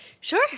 Sure